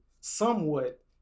somewhat